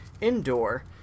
indoor